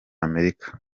amerika